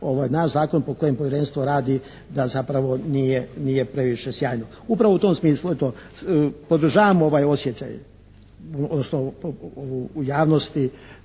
ovaj naš zakon po kojem povjerenstvo radi da zapravo nije previše sjajno. Upravo u tom smislu eto podržavam ovaj osjećaj odnosno